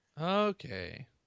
Okay